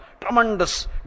tremendous